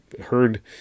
heard